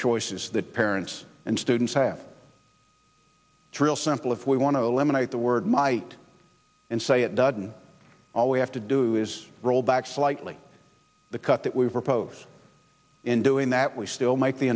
choices that parents and students have to real simple if we want to eliminate the word might and say it doesn't all we have to do is roll back slightly the cut that we've proposed in doing that we still make the